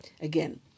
Again